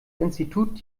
institut